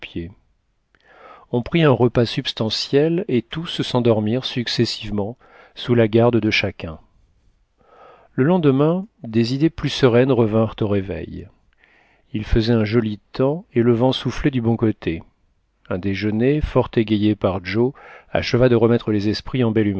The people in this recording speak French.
on prit un repas substantiel et tous s'endormirent successivement sous la garde de chacun le lendemain des idées plus sereines revinrent au réveil il faisait un joli temps et le vent soufflait du bon côté un déjeuner fort égayé par joe acheva de remettre les esprits